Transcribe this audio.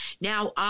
Now